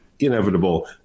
inevitable